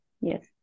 Yes